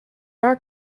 our